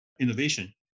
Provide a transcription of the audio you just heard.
innovation